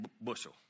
bushel